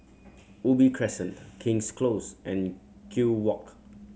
Ubi Crescent King's Close and Kew Walk